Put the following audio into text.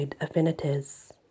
affinities